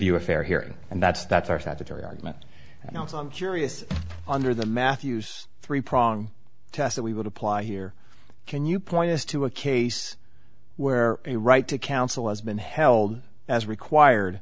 you a fair hearing and that's that's our salvatore argument and also i'm curious under the matthews three prong test that we would apply here can you point us to a case where a right to counsel has been held as required